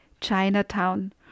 Chinatown